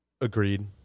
Agreed